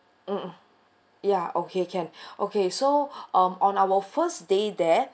mmhmm ya okay can okay so um on our first day there